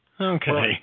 Okay